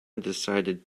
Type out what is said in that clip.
decided